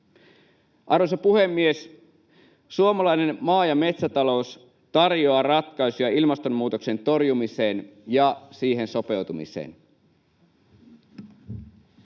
Arvoisa puhemies! Suomalainen maa- ja metsätalous tarjoaa ratkaisuja ilmastonmuutoksen torjumiseen ja siihen sopeutumiseen.